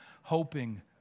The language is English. hoping